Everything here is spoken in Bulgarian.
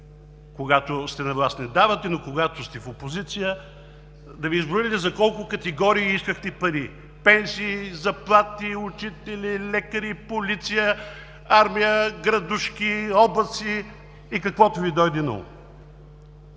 Когато сте на власт, не давате, но когато сте в опозиция... Да Ви изброя ли за колко категории искахте пари – пенсии, заплати, учители, лекари, полиция, армия, градушки, облаци и каквото Ви дойде на ум.